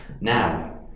Now